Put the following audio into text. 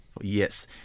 yes